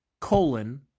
colon